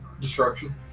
destruction